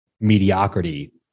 mediocrity